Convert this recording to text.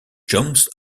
johns